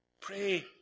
Pray